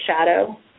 shadow